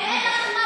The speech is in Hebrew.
אין לכם מה להסתיר.